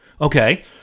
okay